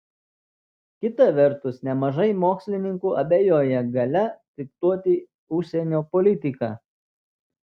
kita vertus nemažai mokslininkų abejoja galia diktuoti užsienio politiką